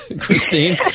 Christine